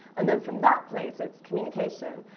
and then from that place, it's communication.